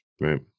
Right